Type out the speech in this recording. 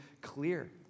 clear